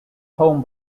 home